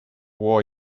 war